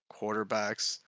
quarterbacks